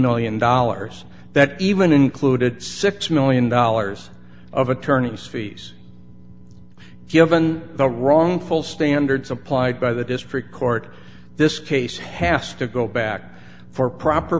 million dollars that even included six million dollars of attorney's fees given the wrongful standards applied by the district court this case has to go back for proper